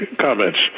comments